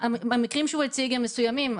המקרים שהוא הציג הם מסוימים.